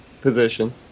position